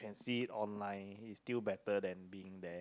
you can see it online it's still better than being there